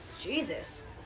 Jesus